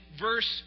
verse